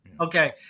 Okay